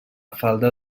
falda